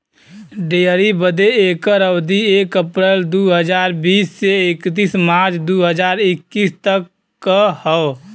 dairy बदे एकर अवधी एक अप्रैल दू हज़ार बीस से इकतीस मार्च दू हज़ार इक्कीस तक क हौ